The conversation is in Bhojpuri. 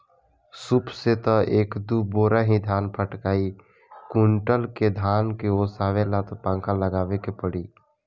सूप से त एक दू बोरा ही धान फटकाइ कुंयुटल के धान के ओसावे ला त पंखा लगावे के पड़ी